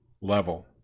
level